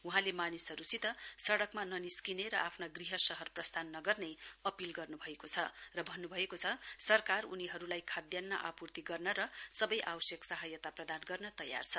वहाँले मानिसहरुसित सड़कमा ननिस्किने र आफ्ना गृह शहर प्रस्थान नगर्ने अपील गर्नुभएको छ र भन्नुभएको छ सरकार उनीहरुलाई शाद्यान्न आपुर्ति गर्न र सबै आवश्यक सहायता प्रदान गर्न तयार छ